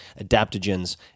adaptogens